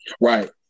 Right